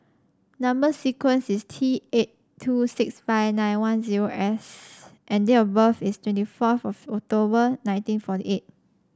number sequence is T eight two six five nine one zero S and date of birth is twenty fourth of October nineteen forty eight